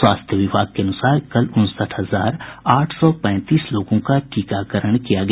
स्वास्थ्य विभाग के अनुसार कल उनसठ हजार आठ सौ पैंतीस लोगों का टीकाकरण किया गया